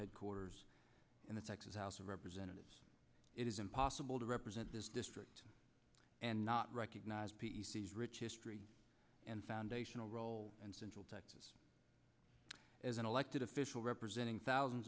headquarters in the texas house of representatives it is impossible to represent this district and not recognize p e c s rich history and foundational role and central texas as an elected official representing thousands